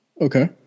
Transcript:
Okay